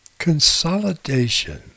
consolidation